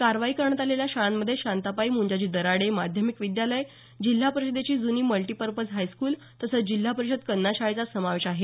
कारवाई करण्यात आलेल्या शाळांमध्ये शांताबाई मुंजाजी दराडे माध्यमिक विद्यालय जिल्हा परिषदेची जुनी मल्टीपर्पज हायस्कूल तसंच जिल्हा परिषद कन्या शाळेचा समावेश आहे